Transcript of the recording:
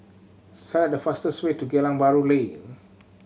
select the fastest way to Geylang Bahru Lane